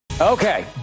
Okay